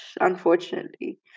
unfortunately